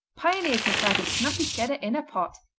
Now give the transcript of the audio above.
pioneer club type of snappy cheddar in a pot,